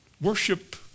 Worship